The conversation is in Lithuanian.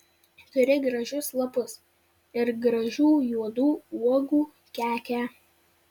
turi gražius lapus ir gražių juodų uogų kekę